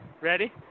Ready